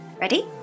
Ready